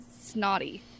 snotty